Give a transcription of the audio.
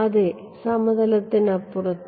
അതെ സമതലത്തിനുപുറത്ത്